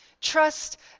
Trust